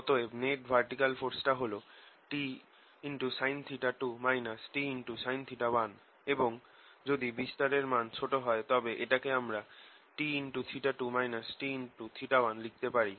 অতএব net vertical force টা হল Tsin2 Tsin1 এবং যদি বিস্তারের মান ছোট হয় তবে এটাকে আমরা T2 T1 লিখতে পারি